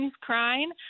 crying